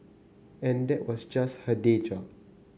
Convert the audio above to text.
and that was just her day job